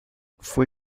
fue